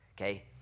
okay